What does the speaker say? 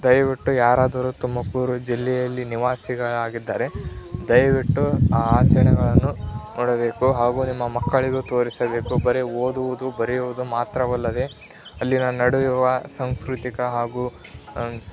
ದಯವಿಟ್ಟು ಯಾರಾದರೂ ತುಮಕೂರು ಜಿಲ್ಲೆಯಲ್ಲಿ ನಿವಾಸಿಗಳಾಗಿದ್ದರೆ ದಯವಿಟ್ಟು ಆ ಆಚರಣೆಗಳನ್ನು ನೋಡಬೇಕು ಹಾಗೂ ನಿಮ್ಮ ಮಕ್ಕಳಿಗೂ ತೋರಿಸಬೇಕು ಬರೀ ಓದುವುದು ಬರೆಯುವುದು ಮಾತ್ರವಲ್ಲದೇ ಅಲ್ಲಿನ ನಡೆಯುವ ಸಾಂಸ್ಕೃತಿಕ ಹಾಗೂ